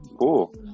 Cool